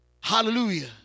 Hallelujah